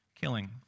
killing